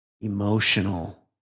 emotional